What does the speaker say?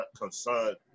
concerned